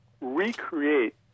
recreate